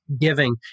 giving